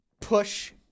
push